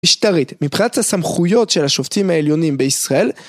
משטרית מפחד סמכויות של השופטים העליונים בישראל